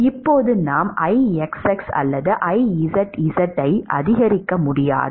இப்போது நாம் Ixx அல்லது Izz ஐ அதிகரிக்க முடியாது